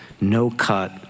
no-cut